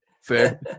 fair